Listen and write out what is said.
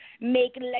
make